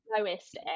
lowest